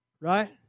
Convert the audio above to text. Right